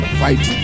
fight